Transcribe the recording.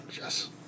Yes